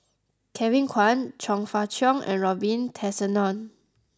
Kevin Kwan Chong Fah Cheong and Robin Tessensohn